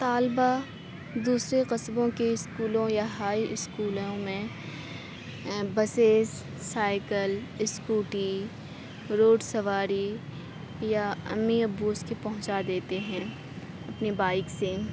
طالبہ دوسرے قصبوں کے اسکولوں یا ہائی اسکولوں میں بسیز سائیکل اسکوٹی روڈ سواری یا امی ابو اس کے پہنچا دیتے ہیں اپنی بائیک سے